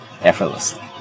effortlessly